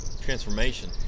transformation